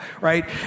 Right